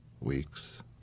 weeks